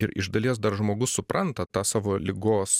ir iš dalies dar žmogus supranta tą savo ligos